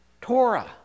Torah